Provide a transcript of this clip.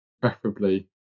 preferably